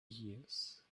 years